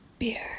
beer